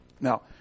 Now